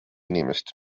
inimest